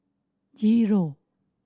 zero